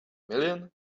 million